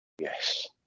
yes